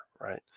right